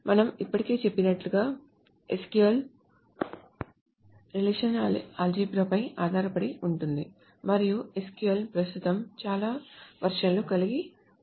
మనము ఇప్పటికే చెప్పినట్లుగా SQL రిలేషనల్ ఆల్జీబ్రా పై ఆధారపడి ఉంటుంది మరియు SQL ప్రస్తుతం చాలా వెర్షన్లను కలిగి ఉంది